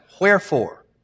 wherefore